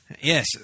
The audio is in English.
yes